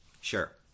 Sure